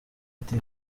ati